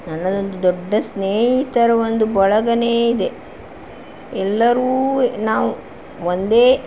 ನನ್ನದೊಂದು ದೊಡ್ಡ ಸ್ನೇಹಿತರ ಒಂದು ಬಳಗವೇ ಇದೆ ಎಲ್ಲರೂ ನಾವು ಒಂದೇ